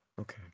okay